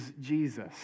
Jesus